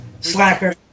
Slacker